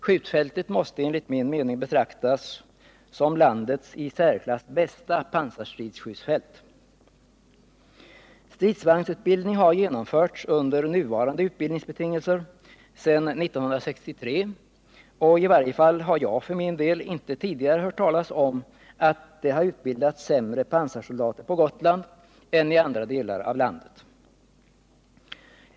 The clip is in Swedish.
Skjutfältet måste enligt min mening betraktas som landets i särklass bästa pansarstridsskjutfält. Stridsvagnsutbildning har genomförts under nuvarande utbildningsbetingelser sedan 1963, och i varje fall har jag för min del inte tidigare hört talas om att det har utbildats sämre pansarsoldater på Gotland än i andra delar av landet.